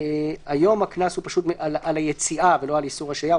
היום הקנס הוא פשוט על היציאה ולא על איסור השהייה.